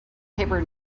paper